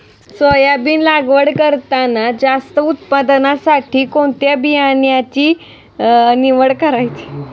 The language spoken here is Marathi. सोयाबीन लागवड करताना जास्त उत्पादनासाठी कोणत्या बियाण्याची निवड करायची?